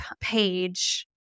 page